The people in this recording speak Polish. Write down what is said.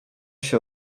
się